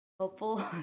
hopeful